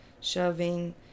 shoving